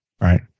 Right